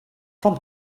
from